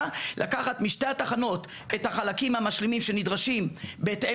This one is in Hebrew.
לקחת משתי התחנות את החלקים המשלימים שנדרשים בהתאם